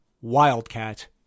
wildcat